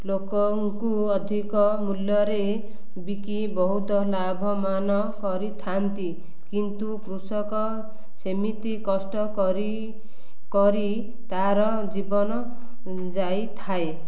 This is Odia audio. ଲୋକଙ୍କୁ ଅଧିକ ମୂଲ୍ୟରେ ବିକି ବହୁତ ଲାଭବାନ କରିଥାନ୍ତି କିନ୍ତୁ କୃଷକ ସେମିତି କଷ୍ଟ କରି କରି ତାର ଜୀବନ ଯାଇଥାଏ